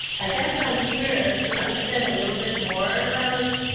i guess i'm here to understand a little bit more about